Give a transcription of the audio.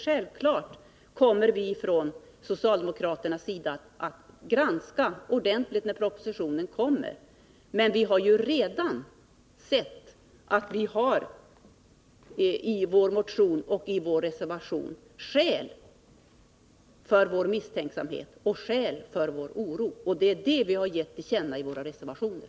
Självfallet kommer vi från socialdemokratisk sida att granska propositionen ordentligt när den kommer, men vi har redan sett att vi har skäl för den misstänksamhet och oro som vi ger uttryck för i motionen. Det är detta som vi har givit till känna i våra reservationer.